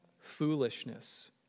foolishness